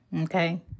okay